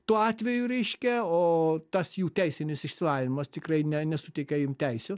tuo atveju reiškia o tas jų teisinis išsilavinimas tikrai ne nesuteikia jiem teisių